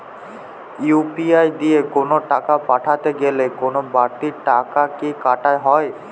UPI দিয়ে কোন টাকা পাঠাতে গেলে কোন বারতি টাকা কি কাটা হয়?